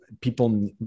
people